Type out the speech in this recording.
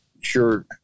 sure